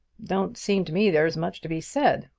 don't seem to me there's much to be said,